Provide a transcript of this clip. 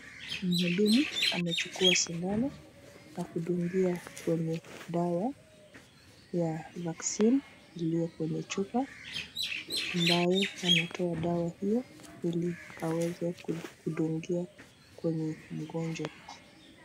Muhudumu amechukua sindano na kudungia kwenye dawa ya vaccine iliyo kwenye chupa ambayo ametoa dawa hiyo ili aweze kudungia kwenye mgonjwa.